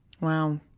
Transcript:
Wow